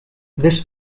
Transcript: this